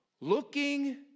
Looking